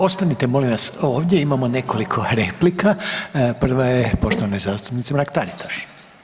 Ostanite molim vas ovdje imamo nekoliko replika, prva je poštovane zastupnice Mrak Taritaš.